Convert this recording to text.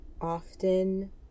often